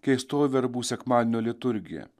keistoji verbų sekmadienio liturgija